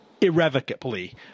irrevocably